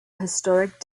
historic